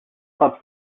clubs